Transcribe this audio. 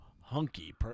hunky